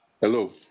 hello